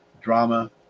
drama